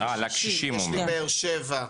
יש בבאר שבע,